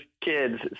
kids